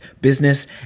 business